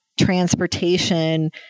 transportation